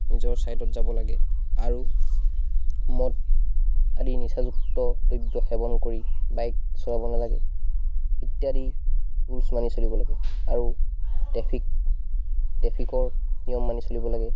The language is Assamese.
নিজৰ ছাইডত যাব লাগে আৰু মদ আদি নিচাযুক্ত দ্ৰব্য সেৱন কৰি বাইক চলাব নালাগে ইত্যাদি ৰুলছ মানি চলিব লাগে আৰু ট্ৰেফিক ট্ৰেফিকৰ নিয়ম মানি চলিব লাগে